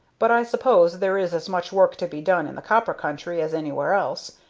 but i suppose there is as much work to be done in the copper country as anywhere else,